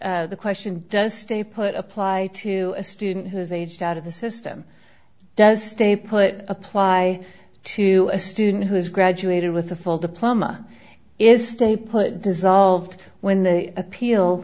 the question does stay put apply to a student who has aged out of the system does stay put apply to a student who has graduated with a full diploma is stay put dissolved when the appeal